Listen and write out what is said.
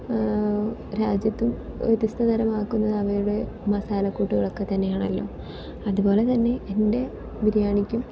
രാജ്യത്തും വ്യത്യസ്തതരമാക്കുന്നത് അവയുടെ മസാലക്കൂട്ടുകളൊക്കെ തന്നെയാണല്ലോ അതുപോലെത്തന്നെ എൻ്റെ ബിരിയാണിക്കും